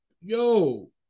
yo